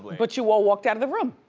but you all walked outta the room.